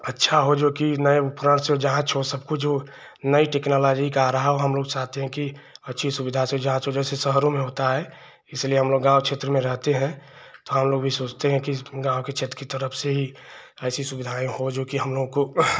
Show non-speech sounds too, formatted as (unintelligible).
अच्छा हो जोकि नए (unintelligible) जाँच उच हो सबकुछ हो नई टेक्नोलाॅज़ी का हो हमलोग चाहते हैं कि अच्छी सुविधा से जाँच हो जैसे शहरों में होती है इसलिए हमलोग गाँव क्षेत्र में रहते हैं हमलोग भी सोचते हैं कि गाँव के क्षेत्र की तरफ़ से ही ऐसी सुविधाएँ हों जोकि हमलोगों को